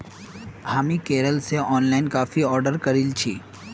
हामी केरल स online coffee order करील छि